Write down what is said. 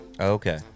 Okay